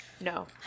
no